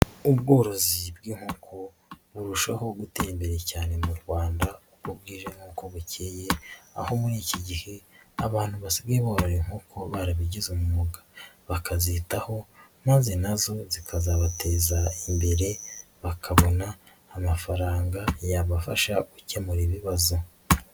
Ubworozi bw'inkoko burushaho gutera imbere cyane mu Rwanda uko bwije n'uko bukeye aho muri iki gihe abantu basigaye borora inkoko barabigize umwuga bakazitaho maze na zo zikazabateza imbere bakabona amafaranga yabafasha gukemura ibibazo.